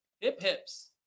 hip-hips